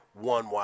one